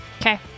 Okay